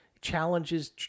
challenges